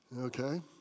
Okay